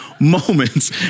moments